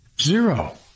Zero